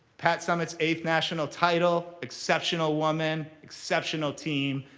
pat summitt's eighth national title, exceptional woman, exceptional team.